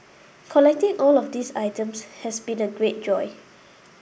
collecting all of these items has been my great joy